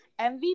MVP